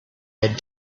had